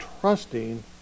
trusting